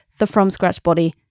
thefromscratchbody